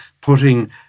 putting